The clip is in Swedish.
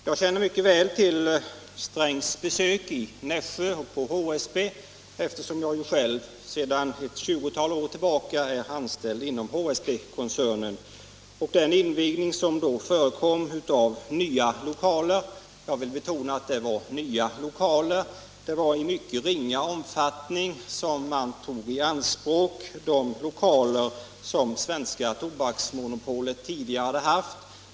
Jag känner mycket väl till herr Strängs besök i Nässjö och på HSB, eftersom jag själv sedan ett 20-tal år tillbaka är anställd inom HSB-koncernen. Jag vill betona att det var nya lokaler som invigdes vid detta tillfälle — i mycket ringa omfattning tog man i anspråk de lokaler som Tobaksbolaget tidigare hade disponerat.